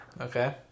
Okay